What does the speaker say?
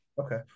Okay